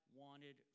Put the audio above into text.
wanted